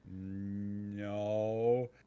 no